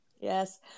Yes